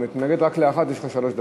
אם אתה מתנגד רק לאחת, יש לך שלוש דקות.